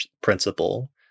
principle